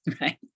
right